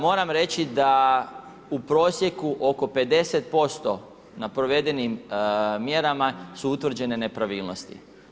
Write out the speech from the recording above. Moram reći da u prosjeku oko 50% na provedenim mjerama su utvrđene nepravilnosti.